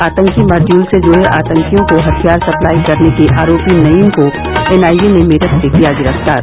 आतंकी मॉडयूल से जुड़े आतंकियों को हथियार सप्लाई करने के आरोपी नईम को एनआईए ने मेरठ से किया गिरफ्तार